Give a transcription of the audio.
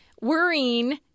Worrying